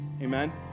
Amen